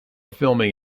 filming